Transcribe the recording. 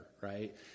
right